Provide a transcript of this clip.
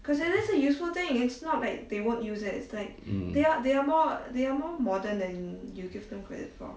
mm